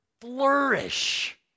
flourish